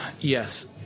Yes